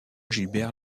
gilbert